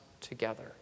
together